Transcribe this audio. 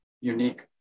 unique